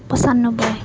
পঁচান্নব্বৈ